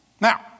Now